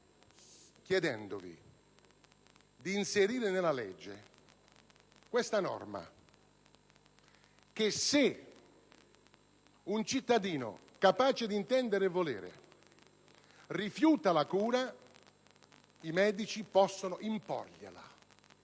emendamento per inserire nella legge la seguente norma: se un cittadino capace di intendere e volere rifiuta la cura, i medici possono imporgliela.